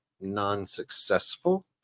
non-successful